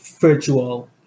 virtual